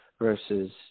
versus